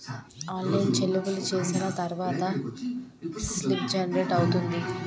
online చెల్లింపులు చేసిన తర్వాత స్లిప్ జనరేట్ అవుతుంది